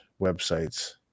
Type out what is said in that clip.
websites